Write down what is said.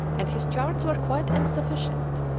and his charts were quite insufficient.